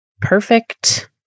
perfect